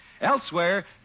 Elsewhere